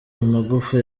amagufa